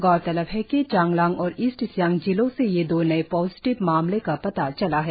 गौरतलब है कि चांगलांग और ईस्ट सियांग जिलों से ये दो नए पॉजिटिव मामले का पता चला है